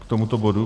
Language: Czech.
K tomuto bodu.